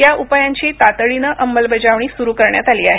या उपायांची तातडीनं अंमलबजावणी सुरू करण्यात आली आहे